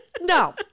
no